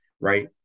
right